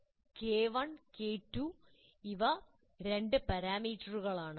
K1 K2 എന്നിവ രണ്ട് പാരാമീറ്ററുകളാണ്